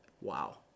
Wow